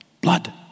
blood